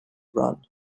run